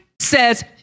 says